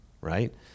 right